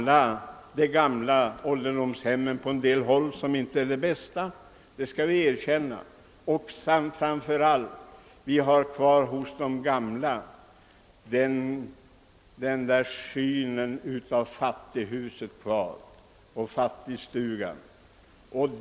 Tyvärr finns det på en del håll kvar gamla ålderdomshem som inte är de bästa — det skall erkännas. Och framför allt kan vi konstatera, att många gamla har kvar synen på ålderdomshemmet som ett fattighus.